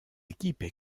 équipes